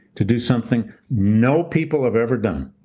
to do something, no people have ever done.